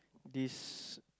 this